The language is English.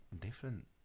different